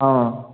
অঁ